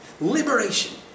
Liberation